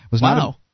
Wow